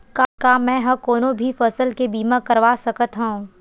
का मै ह कोनो भी फसल के बीमा करवा सकत हव?